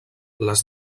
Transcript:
les